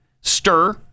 stir